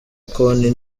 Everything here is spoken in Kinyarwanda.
konti